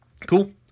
cool